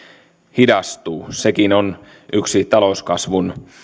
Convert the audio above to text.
hidastuu sekin on yksi talouskasvun